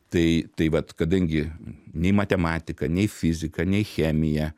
tai tai vat kadangi nei matematika nei fizika nei chemija